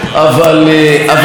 אבל בגדול,